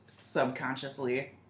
subconsciously